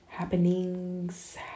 Happenings